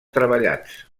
treballats